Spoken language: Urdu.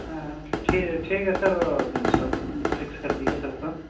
ٹھیک ہے ٹھیک ہے سر سب پھکس کر دیجیے سب کا